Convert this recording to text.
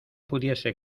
pudiese